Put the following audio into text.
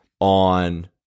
on